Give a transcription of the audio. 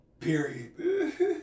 Period